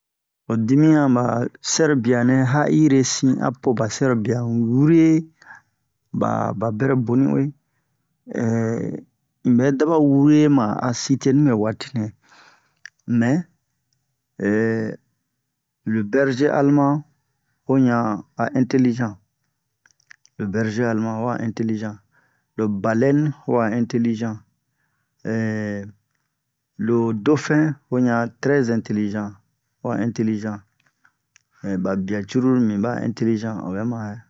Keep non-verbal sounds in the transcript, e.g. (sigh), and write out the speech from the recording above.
ho dimiyan ba sɛro bianɛ ya'ire sin apoba sɛrobia wure ba babɛro boni uwe (hesitation) inbɛ daba wure ma'a citer nibe watinɛ mɛ (hesitation) le berger allemand hoɲa a intelligent lo berger allemand ho'a intelligent lo baleine ho'a intelligent (hesitation) lo dauphin hoyan a très intelligent ho'a intelligent (hesitation) ba bia cruru mimi ba'a intelligent obɛ mare